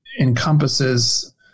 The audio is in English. encompasses